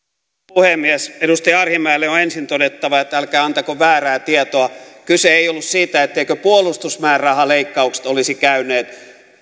puhemies edustaja arhinmäelle on ensin todettava että älkää antako väärää tietoa kyse ei ollut siitä etteivätkö puolustusmäärärahaleikkaukset olisi käyneet